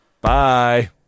Bye